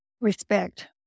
respect